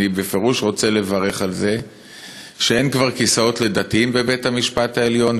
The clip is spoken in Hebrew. אני בפירוש רוצה לברך על זה שאין כבר כיסאות לדתיים בבית-המשפט העליון,